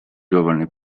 giovane